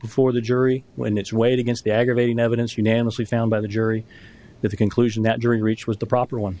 before the jury when its weight against the aggravating evidence unanimously found by the jury that the conclusion that during reach was the proper one